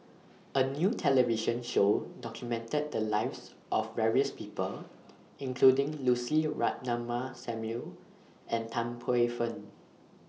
A New television Show documented The Lives of various People including Lucy Ratnammah Samuel and Tan Paey Fern